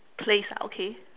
place ah okay